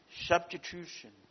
substitution